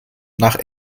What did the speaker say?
nach